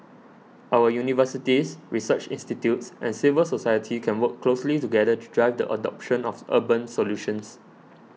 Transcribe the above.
our universities research institutes and civil society can work closely together to drive the adoption of urban solutions